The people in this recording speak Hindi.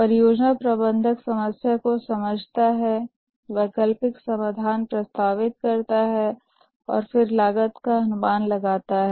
परियोजना प्रबंधक समस्या को समझता है वैकल्पिक समाधान प्रस्तावित करता है और फिर लागत का अनुमान लगाता है